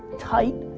tight,